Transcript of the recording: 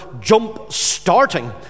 jump-starting